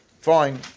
fine